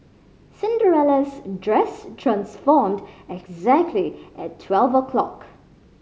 Cinderella's dress transformed exactly at twelve o'clock